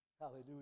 Hallelujah